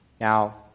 Now